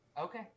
Okay